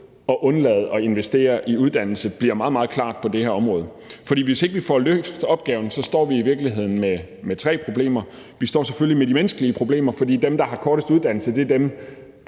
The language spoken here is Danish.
at undlade at investere i uddannelse, bliver meget, meget klart på det område, for hvis vi ikke får løst opgaven, står vi i virkeligheden med tre problemer. Vi står selvfølgelig med de menneskelige problemer, fordi dem, der har kortest uddannelse, er dem,